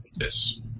Yes